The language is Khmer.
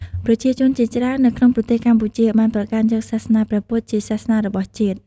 ប្រជាជនជាច្រើននៅក្នុងប្រទេសកម្ពុជាបានប្រកាន់យកសាសនាព្រះពុទ្ធជាសាសនារបស់ជាតិ។